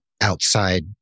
outside